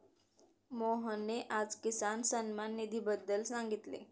मोहनने आज किसान सन्मान निधीबद्दल सांगितले